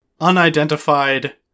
unidentified